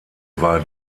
war